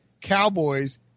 Cowboys